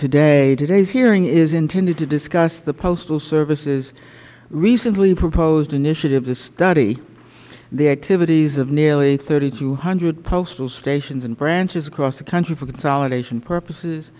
today today's hearing is intended to discuss the postal service's recently proposed initiative to study the activities of nearly three thousand two hundred postal stations and branches across the country for consolidation purposes